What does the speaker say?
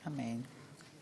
אמן.